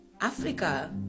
Africa